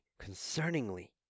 concerningly